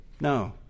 No